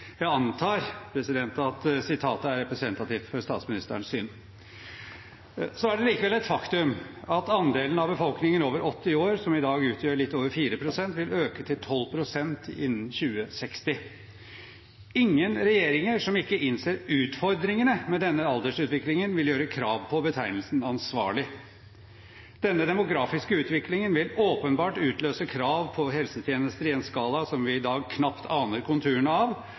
Jeg antar at sitatet er representativt for statsministerens syn. Det er likevel et faktum at andelen av befolkningen over 80 år, som i dag utgjør litt over 4 pst., vil øke til 12 pst. innen 2060. Ingen regjeringer som ikke innser utfordringene med denne aldersutviklingen, vil kunne gjøre krav på betegnelsen «ansvarlig». Denne demografiske utviklingen vil åpenbart utløse krav på helsetjenester i en skala vi i dag knapt aner konturene av,